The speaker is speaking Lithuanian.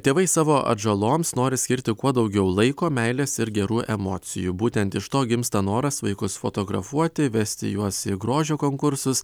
tėvai savo atžaloms nori skirti kuo daugiau laiko meilės ir gerų emocijų būtent iš to gimsta noras vaikus fotografuoti vesti juos į grožio konkursus